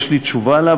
יש לי תשובה עליה,